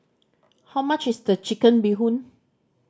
how much is the Chicken Bee Hoon